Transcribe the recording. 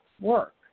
work